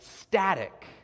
static